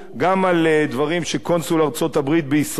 גם על דברים שקונסול ארצות-הברית בישראל